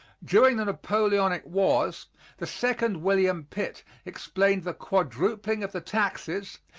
during the napoleonic wars the second william pitt explained the quadrupling of the taxes,